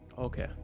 Okay